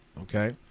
Okay